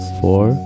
four